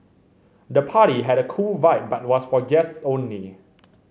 the party had a cool vibe but was for guest only